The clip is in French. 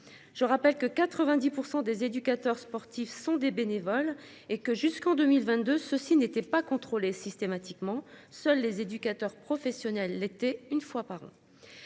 Je rappelle que 90% des éducateurs sportifs sont des bénévoles et que jusqu'en 2022. Ceci n'étaient pas contrôlés systématiquement seuls les éducateurs professionnels l'été une fois par an.